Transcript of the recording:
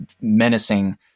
menacing